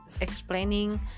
explaining